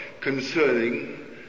concerning